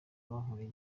bankoreye